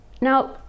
Now